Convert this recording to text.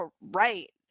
right